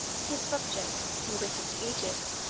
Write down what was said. his subjects, from britain to egypt,